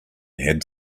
had